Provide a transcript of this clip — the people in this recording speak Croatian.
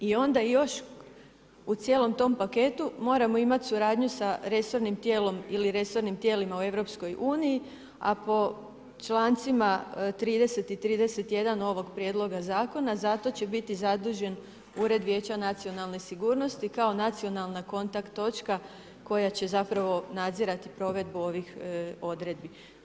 I onda još u cijelom tom paketu moramo imati suradnju sa resornim tijelom ili resornim tijelima u EU, a po člancima 30. i 31. ovog Prijedloga zakona za to će biti zadužen ured Vijeća nacionalne sigurnosti kao nacionalna kontakt točka koja će zapravo nadzirati provedbu ovih odredbi.